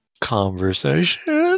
conversation